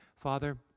Father